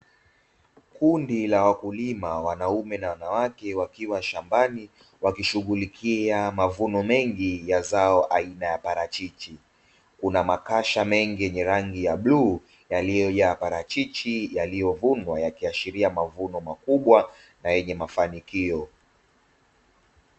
Kundi la wakulima wanaume na wanawake wakiwa shambani wakishughulikia mavuno mengi ya zao aina ya parachichi, kuna makasha mengi yenye rangi ya bluu yaliyo na maparachichi yaliyovunwa yakiashiria mavuno makubwa na yenye mafanikio.